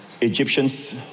Egyptian's